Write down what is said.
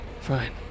Fine